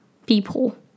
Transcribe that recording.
people